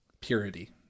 purity